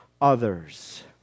others